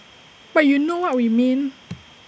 but you know what we mean